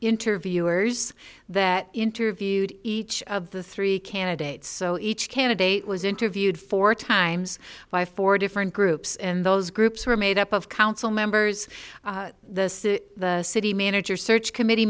interviewers that interviewed each of the three candidates so each candidate was interviewed four times by four different groups in those groups were made up of council members the city manager search committee